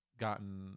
gotten